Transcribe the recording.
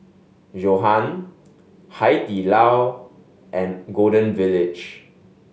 Johan Hai Di Lao and Golden Village